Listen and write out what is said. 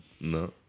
No